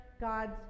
God's